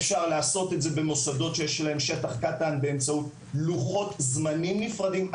אפשר לעשות את זה במוסדות שיש להם שטח קטן באמצעות לוחות זמנים נפרדים.